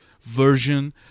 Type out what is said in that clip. version